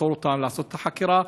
לעשות את החקירה,